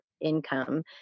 income